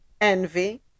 envy